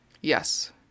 Yes